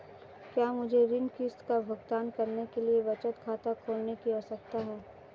क्या मुझे ऋण किश्त का भुगतान करने के लिए बचत खाता खोलने की आवश्यकता है?